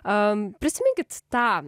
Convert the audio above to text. prisiminkit tą